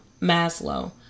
Maslow